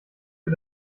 für